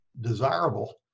desirable